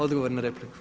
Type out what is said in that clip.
Odgovor na repliku.